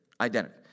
identity